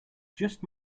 just